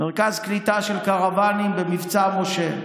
מרכז קליטה של קרוואנים במבצע משה.